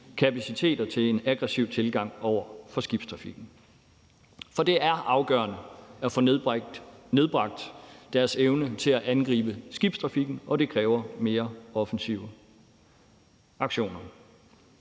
til deres aggressive tilgang over for skibstrafikken. For det er afgørende at få nedbragt deres evne til at angribe skibstrafikken, og det kræver mere offensive aktioner.